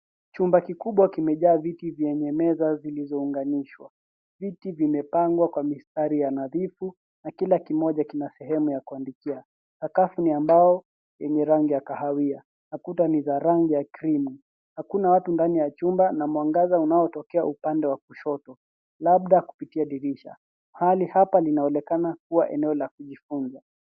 Chumba kikubwa kimejaa viti vyenye meza zilizounganishwa. Viti vimepangwa kwa mistari ya nadhifu na kila kimoja kina sehemu ya kuandikia. Sakafu ni ya mbao yenye rangi ya kahawia na kuta ni za rangi ya krimu. Hakuna watu ndani ya chumba na mwangaza unaotokea upande wa kushoto, labda kupitia dirisha. Hali hapa linaonekana kuwa eneo la kujifunza.